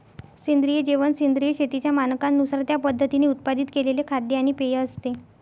सेंद्रिय जेवण सेंद्रिय शेतीच्या मानकांनुसार त्या पद्धतीने उत्पादित केलेले खाद्य आणि पेय असते